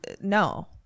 No